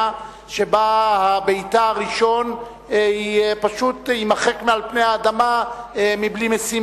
שביתה הראשון פשוט יימחק מעל פני האדמה מבלי משים,